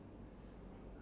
how about you